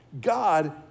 God